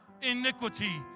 iniquity